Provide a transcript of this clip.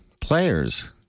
players